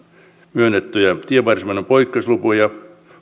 myönnettyjä tienvarsimainonnan poikkeuslupia